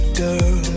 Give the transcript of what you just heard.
girl